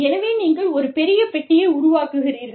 எனவே நீங்கள் ஒரு பெரிய பெட்டியை உருவாக்குகிறீர்கள்